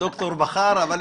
זה